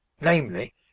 namely